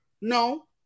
No